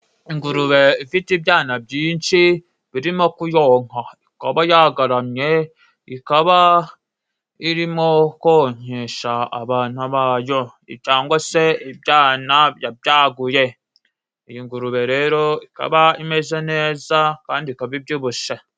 Ingurube ifite ibyana byinshi birimo kuyonka. Ikaba yagaramye, ikaba irimo konkesha abana ba yo cyangwa se ibyana yabyaguye. Iyi ngurube rero ikaba imeze neza kandi ikaba ibyibubushye.